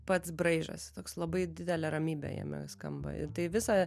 pats braižas toks labai didelė ramybė jame skamba tai visą